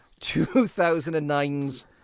2009's